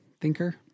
thinker